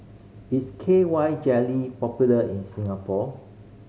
is K Y Jelly popular in Singapore